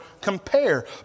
compare